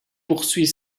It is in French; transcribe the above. poursuit